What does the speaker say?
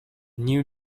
new